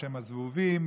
בשם הזבובים,